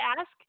ask